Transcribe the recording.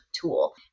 tool